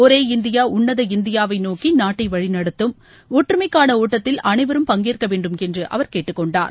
ஒரே இந்தியா உன்னத இந்தியாவை நோக்கி நாட்டை வழிநடத்தும் வகையில் ஒற்றுமைக்கான ஒட்டத்தில் அனைவரும் பங்கேற்க வேண்டும் என்று அவர் கேட்டுக்கொண்டார்